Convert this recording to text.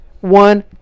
one